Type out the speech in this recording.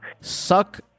suck